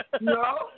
No